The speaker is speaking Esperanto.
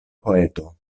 poeto